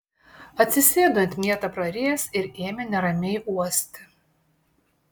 atsisėdo it mietą prarijęs ir ėmė neramiai uosti